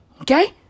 Okay